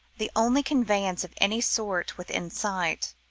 the only conveyance of any sort within sight.